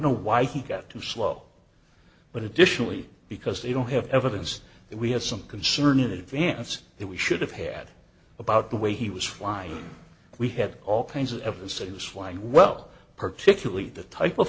know why he got to slow but additionally because they don't have evidence that we have some concern in advance that we should have had about the way he was fly we had all kinds of evidence that was flying well particularly the type of